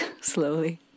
slowly